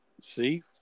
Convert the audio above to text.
See